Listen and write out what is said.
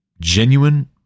Genuine